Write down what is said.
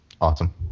Awesome